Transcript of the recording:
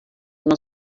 uma